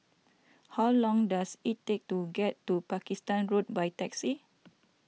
how long does it take to get to Pakistan Road by taxi